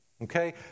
okay